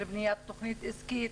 בניית תכנית עסקית,